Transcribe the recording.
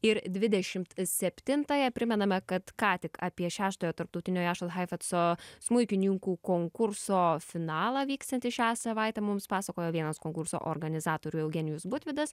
ir dvidešimt septintąją primename kad ką tik apie šeštojo tarptautinio jašos haifetco smuikininkų konkurso finalą vyksiantį šią savaitę mums pasakojo vienas konkurso organizatorių eugenijus butvydas